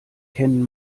kennen